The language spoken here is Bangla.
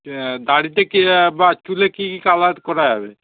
দাড়িতে বা চুলে কি কি কালার করা যাবে